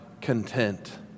content